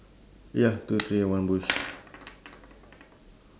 ya two tree and one bush